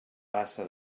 passa